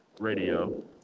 Radio